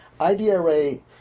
IDRA